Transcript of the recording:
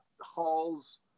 hall's